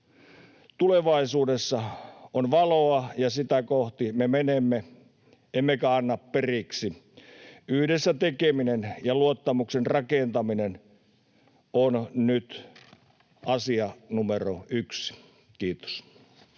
Tulevaisuudessa on valoa, ja sitä kohti me menemme, emmekä anna periksi. Yhdessä tekeminen ja luottamuksen rakentaminen on nyt asia numero yksi. — Kiitos.